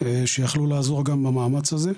שיכלו לעזור במאמץ הזה,